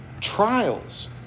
Trials